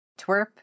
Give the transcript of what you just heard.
Twerp